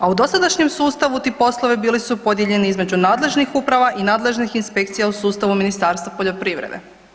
A u dosadašnjem sustavu ti poslovi bili su podijeljeni između nadležnih uprava i nadležnih inspekcija u sustavu Ministarstva poljoprivrede.